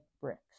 bricks